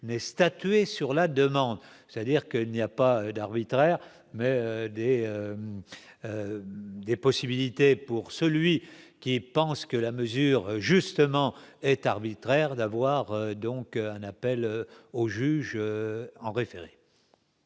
mais statuer sur la demande, c'est-à-dire que il n'y a pas d'arbitraire, mais des des possibilités pour celui qui pense que la mesure justement est arbitraire d'avoir donc un appel au juge en référé.